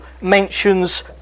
mentions